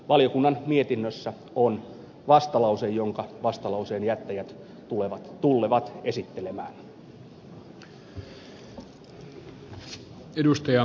valiokunnan mietinnössä on vastalause jonka vastalauseen jättäjät tullevat esittelemään